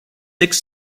six